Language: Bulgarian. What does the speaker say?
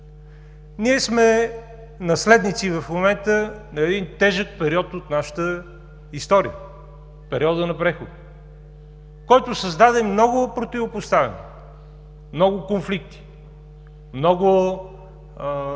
Ние сме наследници в момента на един тежък период от нашата история – периода на прехода, който създаде много противопоставяния, много конфликти, много